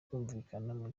kumvikana